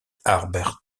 harbert